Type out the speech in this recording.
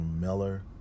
Miller